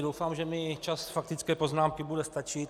Doufám, že mi čas faktické poznámky bude stačit.